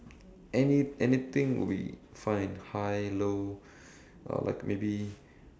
any~ anything will be fine high low uh like maybe